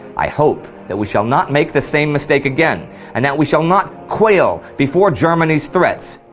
i hope that we shall not make the same mistake again and that we shall not quail before germany's threats,